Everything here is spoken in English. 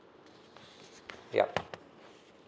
yup